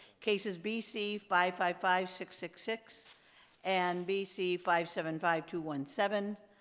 cases b c five five five six six six and b c five seven five two one seven,